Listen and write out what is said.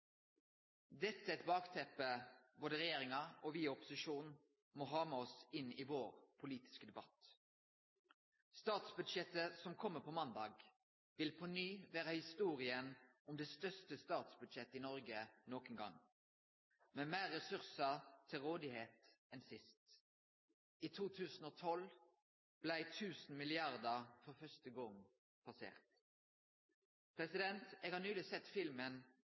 Dette er bakteppet både regjeringa og me i opposisjonen må ha med oss inn i vår politiske debatt. Statsbudsjettet som kjem på måndag, vil på ny vere historia om det største statsbudsjettet i Noreg nokon gong, med fleire ressursar til rådigheit enn sist. I 2012 blei for første gong 1 000 mrd. kr passerte. Eg har nyleg sett filmen